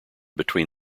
between